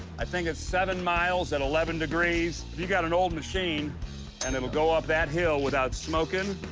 i think it's seven miles at eleven degrees. if you've got an old machine and it'll go up that hill without smoking,